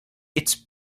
its